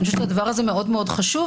והדבר הזה מאוד מאוד חשוב,